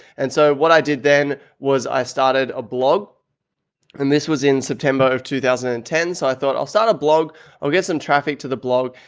and so what i did then was i started a blog and this was in september of two thousand and ten. so i thought i'll start a blog or get some traffic to the blog.